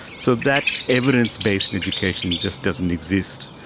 so that evidence-based education just doesn't exist.